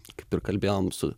kaip ir kalbėjom su